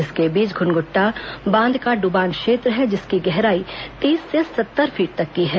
इसके बीच में घुनघट्टा बांध का ड्बान क्षेत्र है जिसकी गहराई तीस से सत्तर फीट तक की है